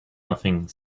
nothing